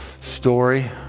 story